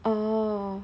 orh